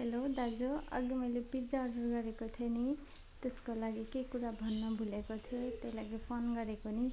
hello दाजु अगि मैले पिज्जा अर्डर गरेको थिएँ नि त्यसको लागि केही कुरा भन्न भुलेको थिएँ हो त्यसको लागि फोन गरेको नि